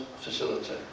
facility